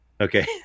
Okay